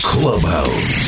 Clubhouse